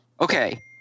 Okay